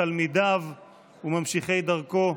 תלמידיו וממשיכי דרכו.